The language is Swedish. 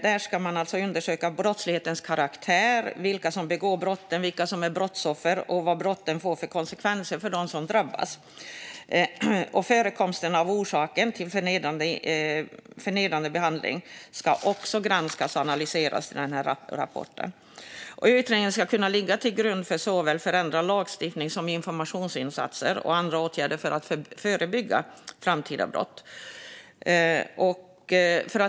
Utredningen ska undersöka brottslighetens karaktär, vilka som begår brotten, vilka som är brottsoffer och vad brotten får för konsekvenser för dem som drabbas. Även förekomsten av och orsaker till förnedrande behandling ska granskas och analyseras i denna rapport. Utredningen ska kunna ligga till grund för såväl förändrad lagstiftning som informationsinsatser och andra åtgärder för att förebygga framtida brott.